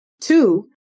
two